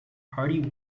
hardie